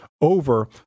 over